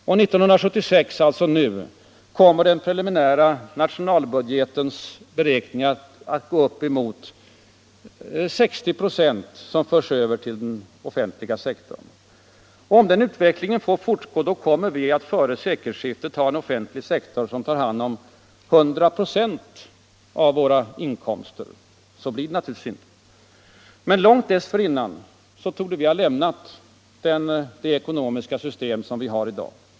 Och 1976, alltså nu, kommer enligt den preliminära nationalbudgetens beräkningar uppemot 60 96 att föras över till den offentliga sektorn. Om den utvecklingen får fortgå, kommer vi att före sekelskiftet ha en offentlig sektor som tar hand om 100 96 av våra inkomster; så blir det naturligtvis inte. Men långt dessförinnan torde vi ha lämnat det ekonomiska system som vi har i dag.